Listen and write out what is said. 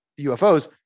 UFOs